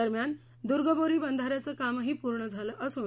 दरम्यान दुर्गबोरी बंधाऱ्याचंही काम पूर्ण झालू असून